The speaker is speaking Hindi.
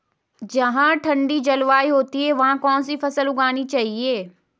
जहाँ ठंडी जलवायु होती है वहाँ कौन सी फसल उगानी चाहिये?